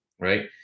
right